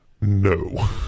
no